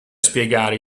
spiegare